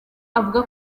avuga